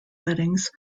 weddings